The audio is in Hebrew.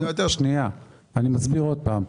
אני מסביר שוב,